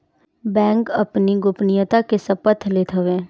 bank अपनी गोपनीयता के शपथ लेत हवे